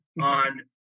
on